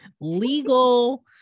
legal